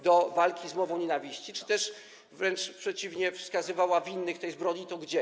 Do walki z mową nienawiści czy też wręcz przeciwnie - wskazywała winnych tej zbrodni i to gdzie?